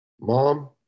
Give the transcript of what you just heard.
Mom